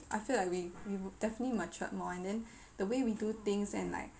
I feel like we we would definitely matured more and then the way we do things and like